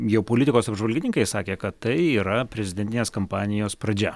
jau politikos apžvalgininkai sakė kad tai yra prezidentinės kampanijos pradžia